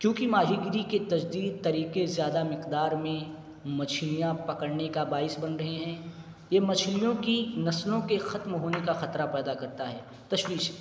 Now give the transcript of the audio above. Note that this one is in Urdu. کیونکہ ماہی گیری کے تجدید طریقے زیادہ مقدار میں مچھلیاں پکڑنے کا باعث بن رہے ہیں یہ مچھلیوں کی نسلوں کے ختم ہونے کا خطرہ پیدا کرتا ہے تشویش